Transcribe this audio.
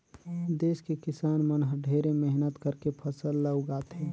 देस के किसान मन हर ढेरे मेहनत करके फसल ल उगाथे